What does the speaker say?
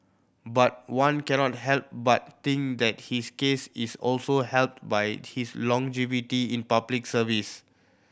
but one cannot help but think that his case is also helped by his longevity in Public Service